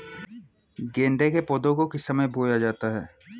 गेंदे के पौधे को किस समय बोया जाता है?